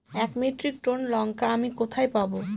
এক metric ton লঙ্কা আমি কোথায় পাবো?